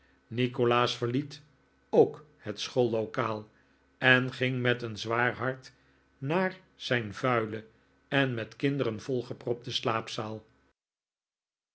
nikolaas verliet ook het schoollokaal en ging met een zwaar hart naar zijn vuile en met kinderen volgepropte